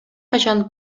качан